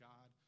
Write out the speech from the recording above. God